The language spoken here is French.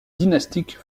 dynastique